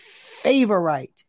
favorite